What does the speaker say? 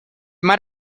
mar